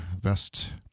best